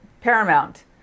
Paramount